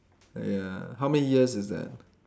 ya how many years is that